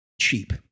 cheap